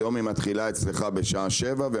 היום הסדרנית מתחילה אצלך בשבע בבוקר,